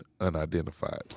unidentified